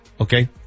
Okay